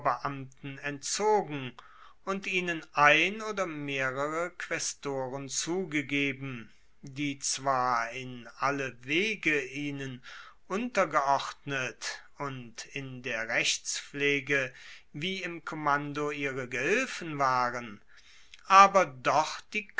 oberbeamten entzogen und ihnen ein oder mehrere quaestoren zugegeben die zwar in alle wege ihnen untergeordnet und in der rechtspflege wie im kommando ihre gehilfen waren aber doch die